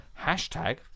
hashtag